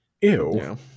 ew